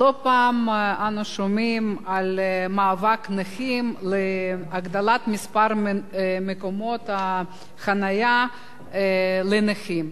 לא פעם אנו שומעים על מאבק הנכים להגדיל את מספר מקומות החנייה לנכים.